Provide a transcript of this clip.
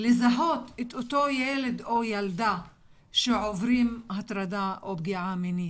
לזהות את אותו ילד או ילדה שעוברים הטרדה או פגיעה מינית.